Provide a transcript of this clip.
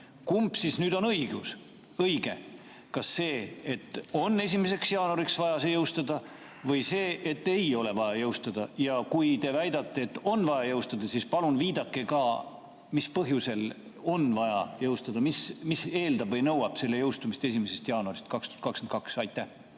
Kumb nüüd on õige? Kas see, et on 1. jaanuariks vaja see jõustada, või see, et ei ole vaja jõustada? Ja kui te väidate, et on vaja jõustada, siis palun viidake ka, mis põhjusel on vaja jõustada, mis eeldab või nõuab selle jõustumist 1. jaanuarist 2022. Aitäh!